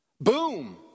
Boom